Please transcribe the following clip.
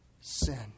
sin